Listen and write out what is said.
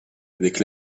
avec